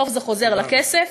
בסוף זה חוזר לכסף.